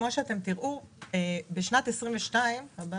בשנת 2022 יהיה